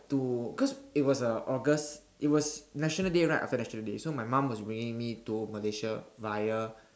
to cause it was a august it was national day right after national day so my mom was bringing me to Malaysia via